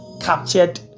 captured